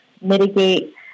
mitigate